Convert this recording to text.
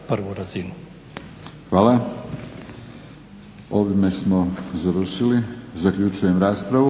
Hvala. Ovime smo završili. Zaključujem raspravu.